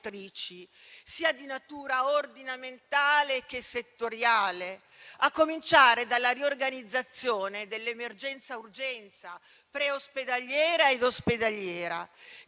di natura sia ordinamentale che settoriale, a cominciare dalla riorganizzazione dell'emergenza urgenza pre-ospedaliera ed ospedaliera,